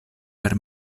per